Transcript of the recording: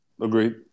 Agreed